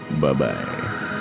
Bye-bye